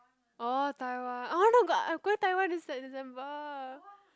orh Taiwan I want to go I'm going Taiwan this like December